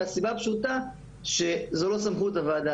מהסיבה הפשוטה שזה לא בסמכות הוועדה.